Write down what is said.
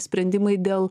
sprendimai dėl